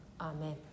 amen